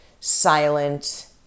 silent